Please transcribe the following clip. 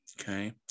okay